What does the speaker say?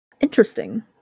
Interesting